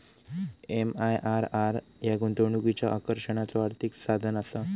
MIRR ह्या गुंतवणुकीच्या आकर्षणाचा आर्थिक साधनआसा